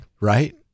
right